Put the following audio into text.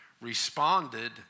responded